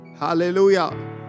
Hallelujah